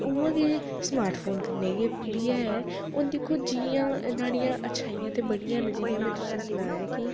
ते उ'आं गै स्मार्ट फोन कन्नै गै बी है हून दिक्खो जि'यां न्हाड़ियां अच्छाइयां ते बड़ियां न जि'यां में तु'सें सनाया कि